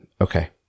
Okay